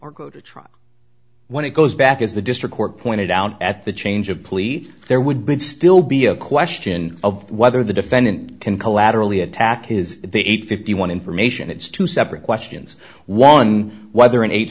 or go to trial when it goes back as the district court pointed out at the change of police there would still be a question of whether the defendant can collaterally attack his the age fifty one information it's two separate questions one whether an eight